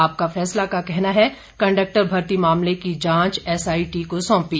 आपका फैसला का कहना है कंडक्टर भर्ती मामले की जांच एसआईटी को सौंपी